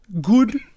Good